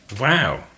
Wow